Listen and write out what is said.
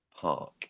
park